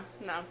no